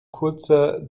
kurzer